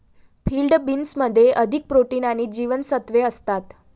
field बीन्समध्ये अधिक protein आणि जीवनसत्त्वे असतात